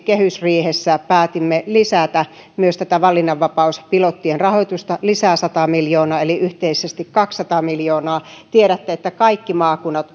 kehysriihessä päätimme lisätä myös tätä valinnanvapauspilottien rahoitusta sata miljoonaa eli yhteisesti kaksisataa miljoonaa tiedätte että kaikki maakunnat